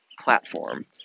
platform